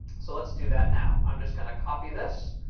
so let's do that now. i'm just going to copy this,